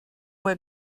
were